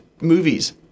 movies